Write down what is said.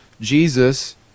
Jesus